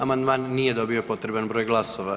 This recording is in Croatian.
Amandman nije dobio potreban broj glasova.